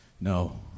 No